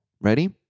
Ready